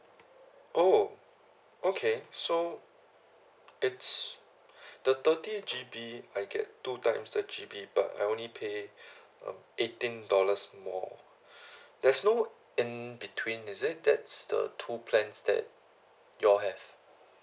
oh okay so it's the thirty G_B I get two times the G_B but I only pay uh eighteen dollars more there's no in between is it that's the two plans that you all have